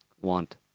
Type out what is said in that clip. want